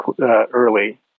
early